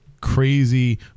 crazy